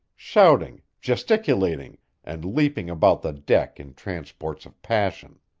shouting, gesticulating and leaping about the deck in transports of passion.